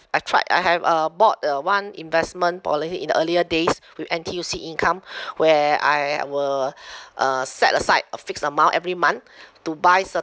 I tried I have uh bought a one investment policy in earlier days with N_T_U_C income where I will uh set aside a fixed amount every month to buy